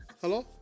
hello